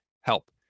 help